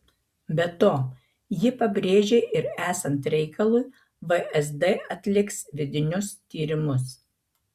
be to ji pabrėžė ir esant reikalui vsd atliks vidinius tyrimus